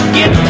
Get